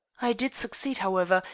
i did succeed, however,